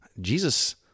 Jesus